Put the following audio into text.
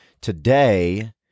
today